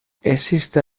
existen